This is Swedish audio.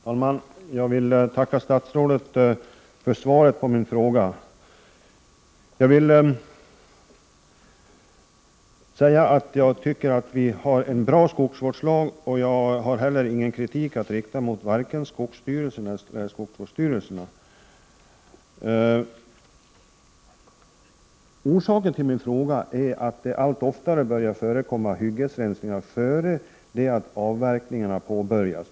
Herr talman! Jag vill tacka statsrådet för svaret på min fråga. Jag tycker att vi har en bra skogsvårdslag, och jag har heller ingen kritik att rikta mot vare sig skogsstyrelsen eller skogsvårdsstyrelserna. Orsaken till min fråga är att det allt oftare förekommer hyggesrensningar, innan avverkningarna har påbörjats.